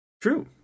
True